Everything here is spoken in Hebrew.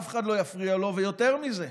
אף אחד לא יפריע לו, ויותר מזה,